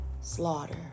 Slaughter